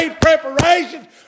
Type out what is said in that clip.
preparations